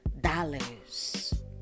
dollars